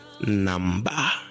number